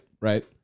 Right